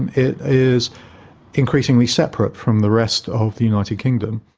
and it is increasingly separate from the rest of the united kingdom.